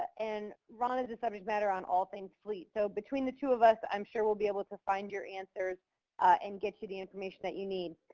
and ron is the subject matter on all things fleet. so between the two of us, i'm sure we'll be able to find your answers and get you the information that you need.